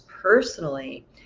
personally